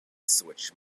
switch